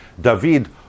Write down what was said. david